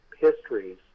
histories